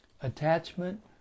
Attachment